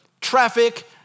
traffic